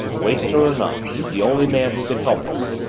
waster or not he's the only man who can help us!